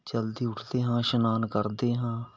ਜਲਦੀ ਉੱਠਦੇ ਹਾਂ ਇਸ਼ਨਾਨ ਕਰਦੇ ਹਾਂ